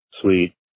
sweet